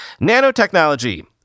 Nanotechnology